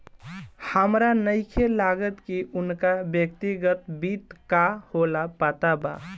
हामरा नइखे लागत की उनका व्यक्तिगत वित्त का होला पता बा